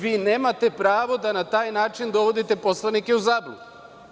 Vi nemate pravo da na taj način dovodite poslanike u zabludu.